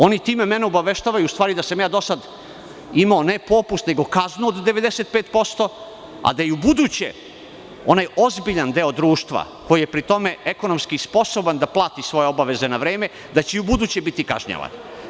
Oni time mene obaveštavaju da sam ja do sada imao, ne popust, nego kaznu od 95%, a da je ubuduće onaj ozbiljan deo društva, koji je pri tome ekonomski sposoban da plati svoje obaveze na vreme, da će i ubuduće biti kažnjavan.